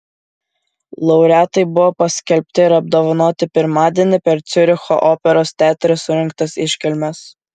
laureatai buvo paskelbti ir apdovanoti pirmadienį per ciuricho operos teatre surengtas iškilmes